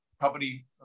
company